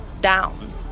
down